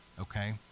okay